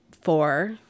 four